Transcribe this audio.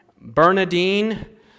Bernadine